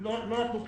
לא נתנו פתרון.